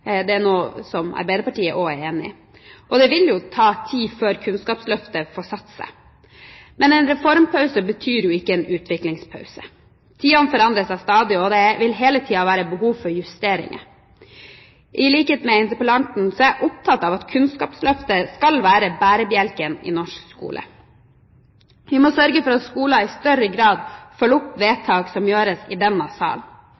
vil ta tid før Kunnskapsløftet får satt seg. Men en reformpause betyr jo ikke en utviklingspause. Tidene forandrer seg stadig, og det vil hele tiden være behov for justeringer. I likhet med interpellanten er jeg opptatt av at Kunnskapsløftet skal være bærebjelken i norsk skole. Vi må sørge for at skolen i større grad følger opp